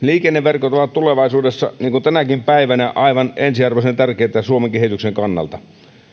liikenneverkot ovat tulevaisuudessa niin kuin tänäkin päivänä aivan ensiarvoisen tärkeitä suomen kehityksen kannalta